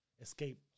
escape